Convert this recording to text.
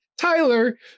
Tyler